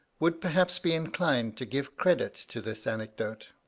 would perhaps be inclined to give credit to this anecdote.